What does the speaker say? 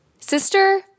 Sister